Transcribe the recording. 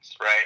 right